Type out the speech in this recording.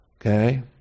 okay